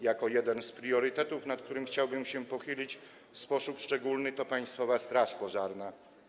Jeden z priorytetów, nad którym chciałbym się pochylić w sposób szczególny, to Państwowa Straż Pożarna.